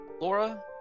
laura